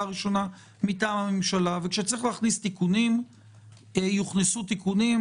הראשונה מטעם הממשלה וכאשר צריך להכניס תיקונים יוכנסו תיקונים,